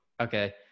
okay